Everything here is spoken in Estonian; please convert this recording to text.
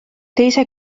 teise